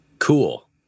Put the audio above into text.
Cool